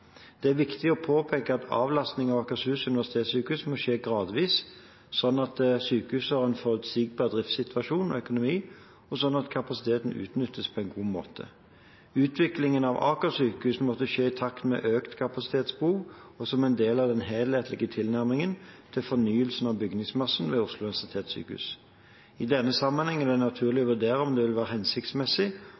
Det er viktig å påpeke at avlastningen av Akershus universitetssykehus må skje gradvis, slik at sykehuset har en forutsigbar driftssituasjon og økonomi, og slik at kapasiteten utnyttes på en god måte. Utviklingen av Aker sykehus vil måtte skje i takt med økt kapasitetsbehov og som en del av den helhetlige tilnærmingen til fornyelsen av bygningsmassen ved Oslo universitetssykehus. I denne sammenhengen er det naturlig å vurdere om det vil være hensiktsmessig